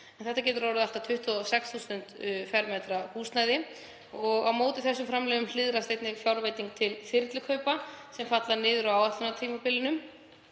Þetta getur orðið allt að 26.000 m² húsnæði og á móti þessum framlögum hliðrast einnig fjárveiting til þyrlukaupa sem falla niður á áætlunartímabilinu.